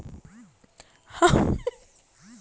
हम ऑनलाइन केँ माध्यम सँ ऋणक वा लोनक राशि जमा कऽ सकैत छी?